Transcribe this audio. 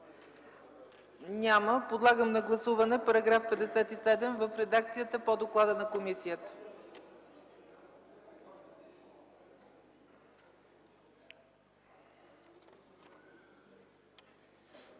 Няма. Подлагам на гласуване § 57 в редакцията по доклада на комисията.